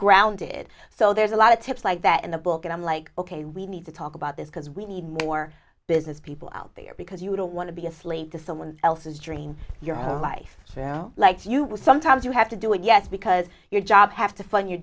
grounded so there's a lot of tips like that in the book and i'm like ok we need to talk about this because we need more business people out there because you don't want to be a slave to someone else's dream your whole life now like you will sometimes you have to do it yes because your job have to fund your